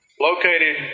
located